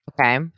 Okay